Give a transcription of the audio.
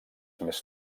més